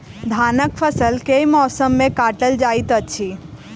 धानक फसल केँ मौसम मे काटल जाइत अछि?